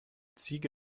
ziege